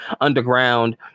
underground